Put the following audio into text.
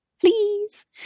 please